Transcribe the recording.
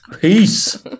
peace